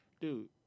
Dude